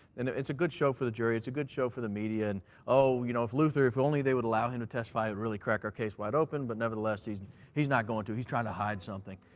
and it's a good show for the jury. it's a good show for the media and oh, you know if luther, if only they would allow him to testify, it would really crack our case wide open. but never the less, he's and he's not going to. he's trying to hide something.